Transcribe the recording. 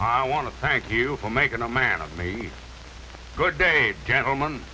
i want to thank you for making a man of me good day gentleman